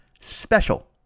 special